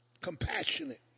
Compassionate